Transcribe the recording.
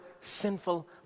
sinful